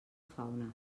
fauna